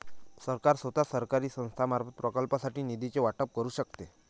सरकार स्वतः, सरकारी संस्थांमार्फत, प्रकल्पांसाठी निधीचे वाटप करू शकते